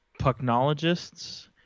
Pucknologists